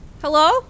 hello